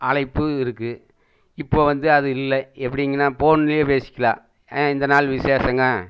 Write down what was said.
அழைப்பு இருக்குது இப்போ வந்து அது இல்லை எப்படிங்கனா ஃபோன்லேயே பேசிக்கலாம் இந்த நாள் விசேஷங்க